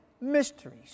mysteries